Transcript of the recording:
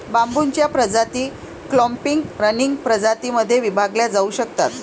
बांबूच्या प्रजाती clumping, running प्रजातीं मध्ये विभागल्या जाऊ शकतात